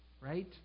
right